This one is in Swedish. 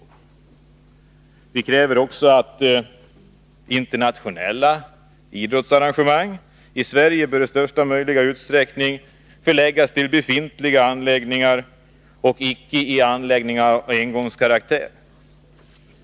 Vi uttalar vidare att internationella idrottsarrangemang i Sverige i största möjliga utsträckning bör förläggas i befintliga anläggningar och icke i anläggningar med engångskaraktär.